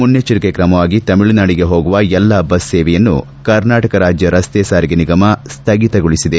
ಮುನ್ನಚ್ಚರಿಕೆ ಕ್ರಮವಾಗಿ ತಮಿಳುನಾಡಿಗೆ ಹೋಗುವ ಎಲ್ಲಾ ಬಸ್ ಸೇವೆಯನ್ನು ಕರ್ನಾಟಕ ರಾಜ್ಯ ರಸ್ತೆ ಸಾರಿಗೆ ನಿಗಮ ಸ್ವಗಿತಗೊಳಿಸಿದೆ